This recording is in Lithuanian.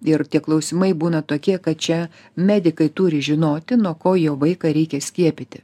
ir tie klausimai būna tokie kad čia medikai turi žinoti nuo ko jo vaiką reikia skiepyti